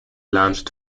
launched